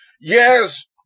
Yes